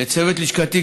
לצוות לשכתי,